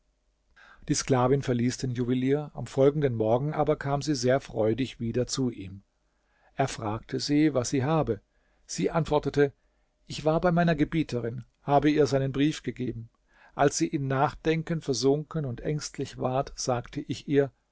die sklavin verließ den juwelier am folgenden morgen aber kam sie sehr freudig wieder zu ihm er fragte sie was sie habe sie antwortete ich war bei meiner gebieterin habe ihr seinen brief gegeben als sie in nachdenken versunken und ängstlich ward sagte ich ihr